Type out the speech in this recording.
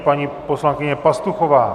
Paní poslankyně Pastuchová.